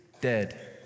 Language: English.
dead